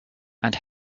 and